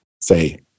say